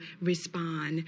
respond